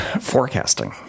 forecasting